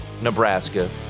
Nebraska